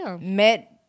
met